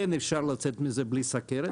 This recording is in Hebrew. כן אפשר לצאת מזה בלי סכרת.